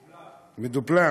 מדופלם.